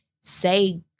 say